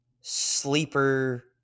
sleeper